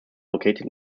located